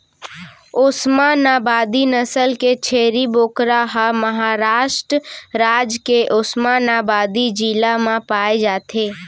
ओस्मानाबादी नसल के छेरी बोकरा ह महारास्ट राज के ओस्मानाबादी जिला म पाए जाथे